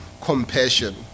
compassion